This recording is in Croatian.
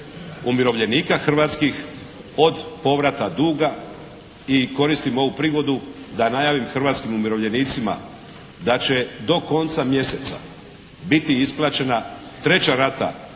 hrvatskih od povrata dug i koristim ovu prigodu da najavim hrvatskim umirovljenicima da će do konca mjeseca biti isplaćena treća rata duga